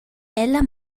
ella